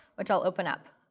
which i'll open up.